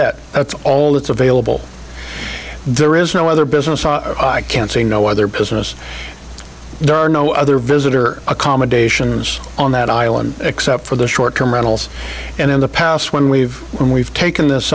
set that's all that's available there is no other business i can see no other business there are no other visitor accommodations on that island except for the short term rentals and in the past when we've we've taken this